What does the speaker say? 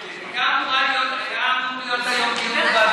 גם, אדוני היושב-ראש.